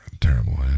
terrible